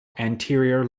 anterior